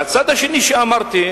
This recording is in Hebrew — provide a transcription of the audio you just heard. והצד השני שאמרתי,